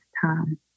time